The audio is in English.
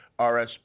RSP